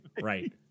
Right